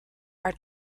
are